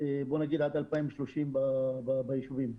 עד 2030 ביישובים.